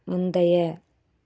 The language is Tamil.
முந்தைய